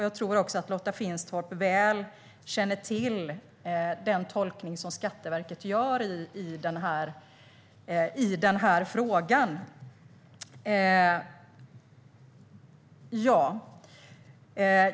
Jag tror att Lotta Finstorp känner väl till den tolkning som Skatteverket gör i frågan.